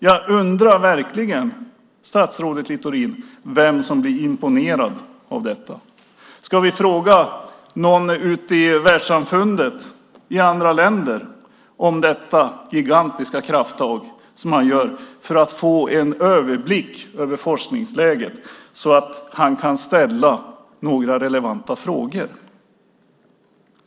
Jag undrar verkligen, statsrådet Littorin, vem som blir imponerad av detta. Ska vi fråga några ute i världssamfundet, i andra länder, vad de tycker om detta gigantiska krafttag som han tar för att få en överblick över forskningsläget så att han kan ställa några relevanta frågor?